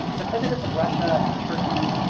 the presidents of russia and turkey.